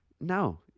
No